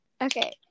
okay